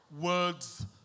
Words